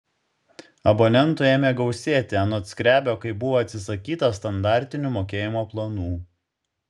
abonentų ėmė gausėti anot skrebio kai buvo atsisakyta standartinių mokėjimo planų